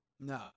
No